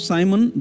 Simon